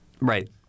Right